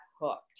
hooked